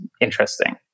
interesting